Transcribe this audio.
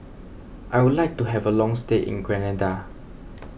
I would like to have a long stay in Grenada